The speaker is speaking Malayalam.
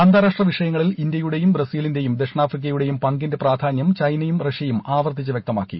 അന്താരാഷ്ട്ര വിഷയങ്ങളിൽ ഇന്ത്യയുടെയും ബ്രസീലിന്റെയും ദക്ഷിണാ പ്രിക്കയുടെയും പങ്കിന്റെ പ്രധാന്യം ചൈനയും ് റഷ്യയും ആവർത്തിച്ച് വ്യക്തമാക്കി